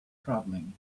travelling